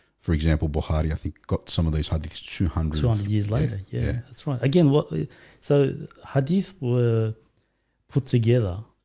for example buhari, i think got some of these how these two hundred years later yeah, that's right again what we sow hadith were put together.